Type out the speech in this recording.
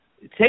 Take